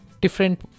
different